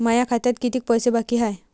माया खात्यात कितीक पैसे बाकी हाय?